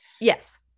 Yes